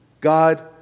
God